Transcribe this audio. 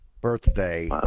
birthday